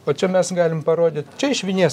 o čia mes galim parodyt čia iš vinies